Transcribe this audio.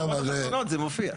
אבל בשורות התחתונות זה מופיע.